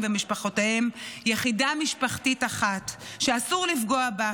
ובמשפחותיהם יחידה משפחתית אחת שאסור לפגוע בה.